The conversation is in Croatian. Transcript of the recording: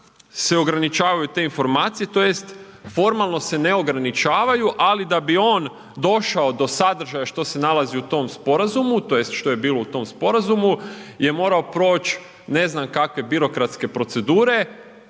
se ograničavaju te informacije tj. formalno se ne ograničavaju, ali da bi on došao do sadržaja što se nalazi u tom sporazumu tj. što je bilo u tom sporazumu je morao proć ne znam kakve birokratske procedure